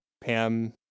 Pam